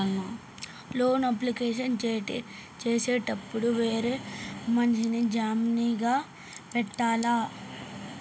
Loan application చేసేటప్పుడు వేరే మనిషిని జామీన్ గా పెట్టాల్నా?